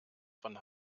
von